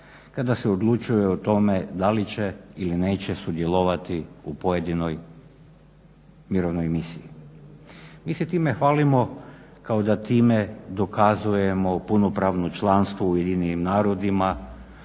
kada se odlučuje o tome da li će ili neće sudjelovati u pojedinoj mirovnoj misiji. Mi se time hvalimo kao da time dokazujemo punopravno članstvo u Ujedinjenim narodima,